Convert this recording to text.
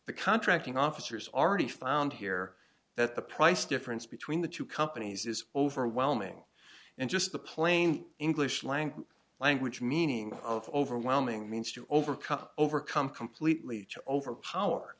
the contracting officers already found here that the price difference between the two companies is overwhelming and just the plain english language language meaning of overwhelming means to overcome overcome completely over power